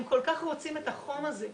הם כל כך רוצים את החום הזה.